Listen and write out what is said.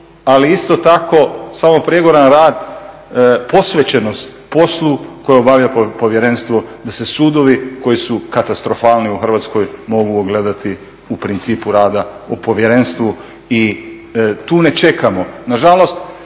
se ne razumije./… rad, posvećenost poslu koje obavlja povjerenstvo da se sudovi koji su katastrofalni u Hrvatskoj mogu ogledati u principu rada o povjerenstvu. I tu ne čekamo,